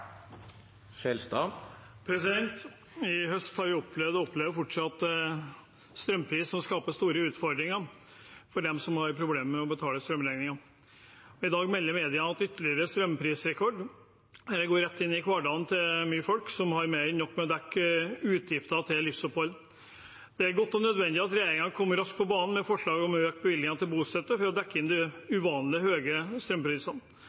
til saken. I høst har vi opplevd – og vi opplever det fortsatt – strømpriser som skaper store utfordringer for dem som har problemer med å betale strømregningen. I dag melder media om ytterligere strømprisrekord. Det slår rett inn i hverdagen til mange folk som har mer enn nok med å dekke utgiftene til livsopphold. Det er godt og nødvendig at regjeringen kom raskt på banen med forslag om økte bevilgninger til bostøtte for å dekke inn de uvanlig høye strømprisene.